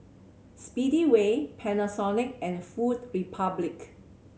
Speedway Panasonic and Food Republic